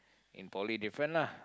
in poly different lah